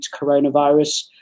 coronavirus